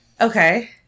Okay